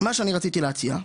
שאני רציתי להציע,